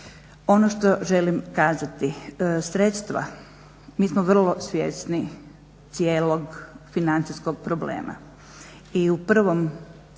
Ono što želim kazati, sredstva, mi smo vrlo svjesni cijelog financijskog problema